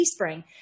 Teespring